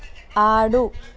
ఆడు